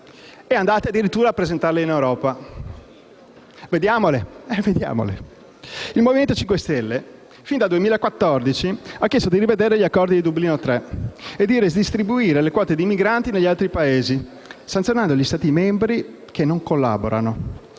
e andate addirittura a presentarle in Europa. Vediamo queste proposte. Il Movimento 5 Stelle, sin dal 2014, ha chiesto di rivedere gli accordi di Dublino III e di ridistribuire le quote di migranti negli altri Paesi, sanzionando gli Stati membri che non collaborano.